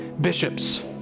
bishops